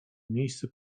miejsce